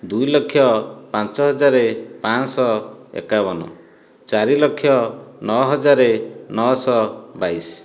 ଦୁଇଲକ୍ଷ ପାଞ୍ଚହଜାର ପାଞ୍ଚଶହ ଏକାବନ ଚାରିଲକ୍ଷ ନଅହଜାର ନଅଶହ ବାଇଶ